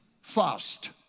fast